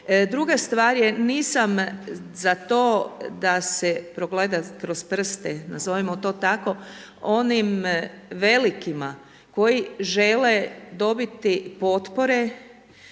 Druga stvar je, nisam za to da se progleda kroz prste, nazovimo to tako onim velikima koji žele dobiti potpore